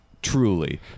Truly